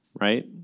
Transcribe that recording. Right